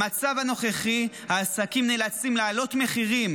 במצב הנוכחי העסקים נאלצים להעלות מחירים